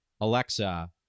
Alexa